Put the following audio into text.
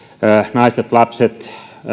naiset lapset